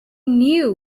knew